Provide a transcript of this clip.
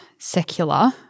Secular